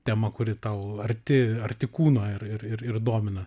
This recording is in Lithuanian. tema kuri tau arti arti kūno ir ir ir ir domina